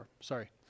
sorry